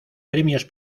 premios